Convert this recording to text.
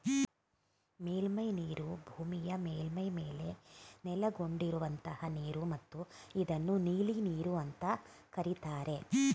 ಮೇಲ್ಮೈನೀರು ಭೂಮಿಯ ಮೇಲ್ಮೈ ಮೇಲೆ ನೆಲೆಗೊಂಡಿರುವಂತಹ ನೀರು ಮತ್ತು ಇದನ್ನು ನೀಲಿನೀರು ಅಂತ ಕರೀತಾರೆ